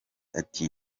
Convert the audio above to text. ati